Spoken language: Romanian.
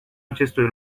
acestui